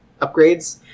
upgrades